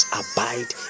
abide